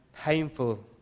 painful